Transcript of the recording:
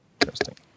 Interesting